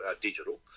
digital